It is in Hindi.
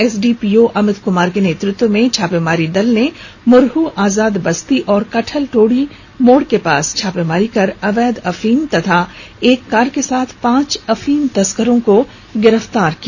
एसडीपीओ अमित कुमार के नेतृत्व में छापामारी दल ने मुरहू आजाद बस्ती एवं कटहल टोली मोड़ के पास छापामारी कर अवैध अफीम तथा कार के साथ पांच अफीम तस्करों को गिरफ्तार किया